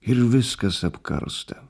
ir viskas apkarsta